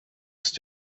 ist